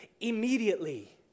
immediately